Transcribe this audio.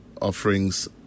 offerings